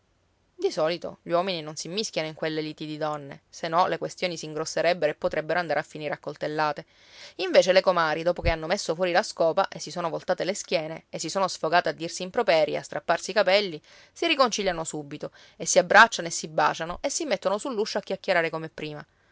di solito gli uomini non s'immischiano in quelle liti di donne se no le questioni s'ingrosserebbero e potrebbero andare a finire a coltellate invece le comari dopo che hanno messo fuori la scopa e si sono voltate le schiene e si sono sfogate a dirsi improperi e a strapparsi i capelli si riconciliano subito e si abbracciano e si baciano e si mettono sull'uscio a chiacchierare come prima